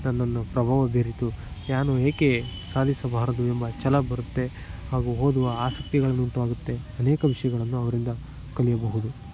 ನನ್ನನ್ನು ಪ್ರಭಾವ ಬೀರಿತು ನಾನು ಏಕೆ ಸಾಧಿಸಬಾರದು ಎಂಬ ಛಲ ಬರುತ್ತೆ ಹಾಗೂ ಓದುವ ಆಸಕ್ತಿಗಳನ್ನು ಉಂಟಾಗುತ್ತೆ ಅನೇಕ ವಿಷಯಗಳನ್ನು ಅವರಿಂದ ಕಲಿಯಬಹುದು